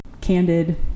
candid